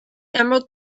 emerald